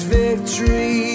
victory